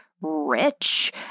rich